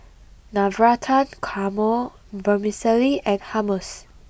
Navratan Korma Vermicelli and Hummus